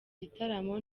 gitaramo